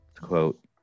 quote